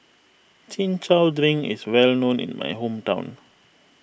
Chin Chow Drink is well known in my hometown